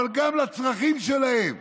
אבל גם לצרכים שלהם.